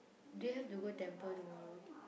do you have to go temple tomorrow